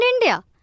India